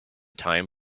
time